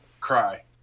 cry